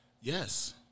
Yes